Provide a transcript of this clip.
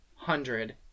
hundred